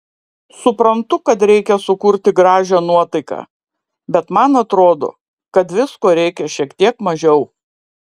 suprantu kad reikia sukurti gražią nuotaiką bet man atrodo kad visko reikia šiek tiek mažiau